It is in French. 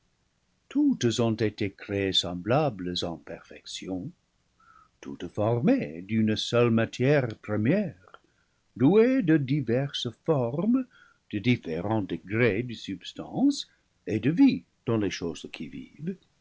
toutes ont été créées semblables en perfection tou tes formées d'une seule matière première douées de diverses formes de différents degrés de substance et de vie dans les choses qui vivent